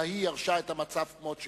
אלא היא ירשה את המצב כמות שהוא,